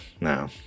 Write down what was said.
no